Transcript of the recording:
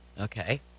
Okay